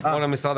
הן בעצם תחליף